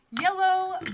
yellow